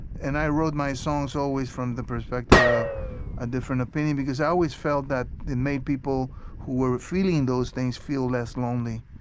and i wrote my songs, always, from the perspective of a different opinion, because i always felt that it made people who were feeling those things feel less lonely.